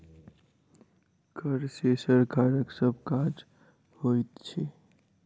कर सॅ सरकारक सभ काज होइत छै